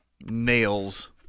Nails